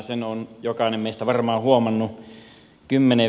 sen on jokainen meistä varmaan huomannut